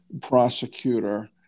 prosecutor